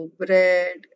bread